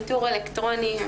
ניטור אלקטרוני,